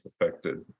affected